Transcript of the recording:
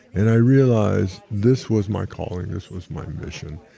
and i realized, this was my calling. this was my mission,